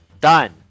Done